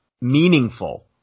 meaningful